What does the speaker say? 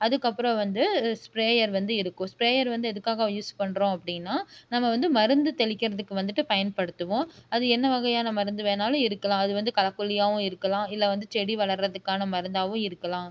அதுக்கப்புறம் வந்து ஸ்பிரேயர் வந்து இருக்கும் ஸ்பிரேயர் வந்து எதுக்காக யூஸ் பண்ணுறோம் அப்படின்னா நம்ம வந்து மருந்து தெளிக்கிறதுக்கு வந்துட்டு பயன்படுத்துவோம் அது என்ன வகையான மருந்து வேணாலும் இருக்கலாம் அது வந்து களைக்கொல்லியாவும் இருக்கலாம் இல்லை வந்து செடி வளர்றதுக்கான மருந்தாகவும் இருக்கலாம்